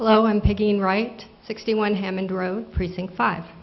hello i'm picking right sixty one hammond road precinct five